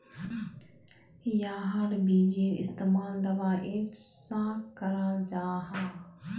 याहार बिजेर इस्तेमाल दवाईर सा कराल जाहा